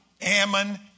Ammon